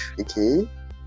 okay